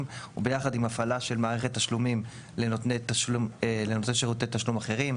וביחד עם הפעלה של מערכת תשלומים לנותני שירותי תשלום אחרים.